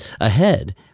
ahead